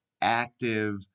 active